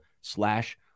slash